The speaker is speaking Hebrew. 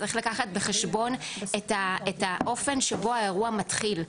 צריך להביא בחשבון את האופן שבו האירוע מתחיל.